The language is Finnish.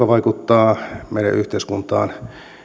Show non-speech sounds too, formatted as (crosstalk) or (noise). (unintelligible) vaikuttaa meidän yhteiskuntaamme